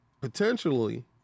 Potentially